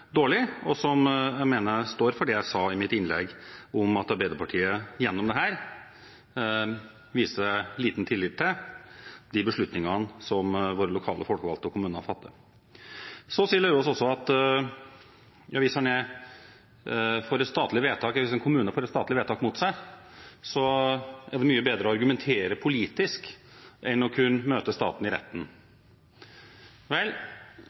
dårlig. Jeg står for det jeg sa i mitt innlegg om at Arbeiderpartiet gjennom dette viser liten tillit til de beslutningene som våre lokale folkevalgte og kommunene fatter. Løvaas sier også at hvis en kommune får et statlig vedtak mot seg, er det mye bedre å argumentere politisk enn å møte staten i retten. Vel,